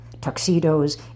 Tuxedos